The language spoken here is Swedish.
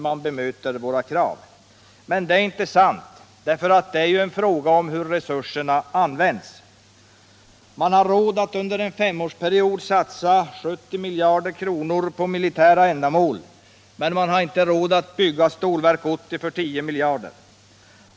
Men det är inte sant, för här är det fråga om hur resurserna används. Man har råd att under en femårsperiod satsa 70 miljarder kronor på militära ändamål, men man har inte råd att bygga Stålverk 80 för 10 miljarder.